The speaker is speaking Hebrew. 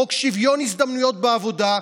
חוק שוויון הזדמנויות בעבודה,